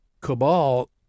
cabal